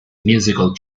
musical